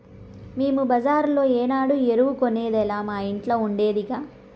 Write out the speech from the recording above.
మేము బజార్లో ఏనాడు ఎరువు కొనేదేలా మా ఇంట్ల ఉండాదిగా